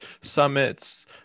summits